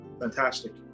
Fantastic